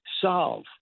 solve